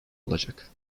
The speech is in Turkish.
olacak